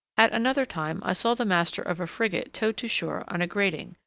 at another time i saw the master of a frigate towed to shore on a grating,